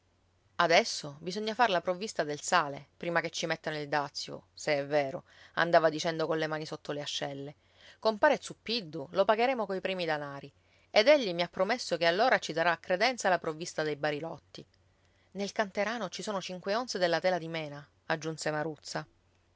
adesso bisogna far la provvista del sale prima che ci mettano il dazio se è vero andava dicendo colle mani sotto le ascelle compare zuppiddu lo pagheremo coi primi denari ed egli mi ha promesso che allora ci darà a credenza la provvista dei barilotti nel canterano ci sono cinque onze della tela di mena aggiunse maruzza